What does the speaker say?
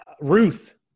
Ruth